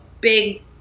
big